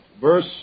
verse